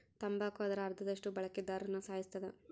ತಂಬಾಕು ಅದರ ಅರ್ಧದಷ್ಟು ಬಳಕೆದಾರ್ರುನ ಸಾಯಿಸುತ್ತದೆ